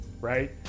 right